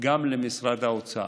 גם למשרד האוצר.